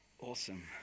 awesome